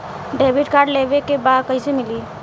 Debit card लेवे के बा कईसे मिली?